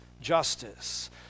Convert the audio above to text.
justice